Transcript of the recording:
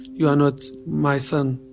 you are not my son